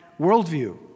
worldview